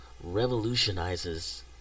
revolutionizes